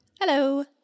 Hello